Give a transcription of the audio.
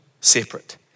separate